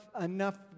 enough